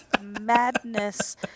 madness